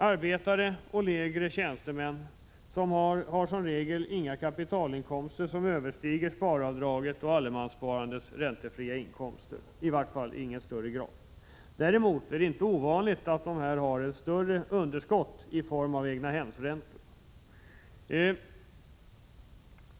Arbetare och lägre tjänstemän har som regel inga kapitalinkomster som överstiger sparavdraget och allemanssparandets räntefria inkomster, i varje fall inte i någon större utsträckning. Däremot är det inte ovanligt att de har ett större underskott i form av egnahemsräntor.